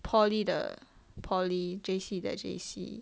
poly 的 poly J_C 的 J_C